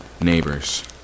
neighbors